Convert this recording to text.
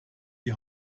die